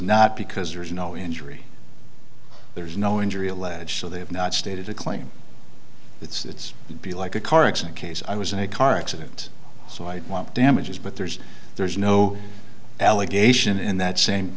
not because there is no injury there's no injury alleged so they have not stated a claim it's be like a car accident case i was in a car accident so i want damages but there's there's no allegation in that same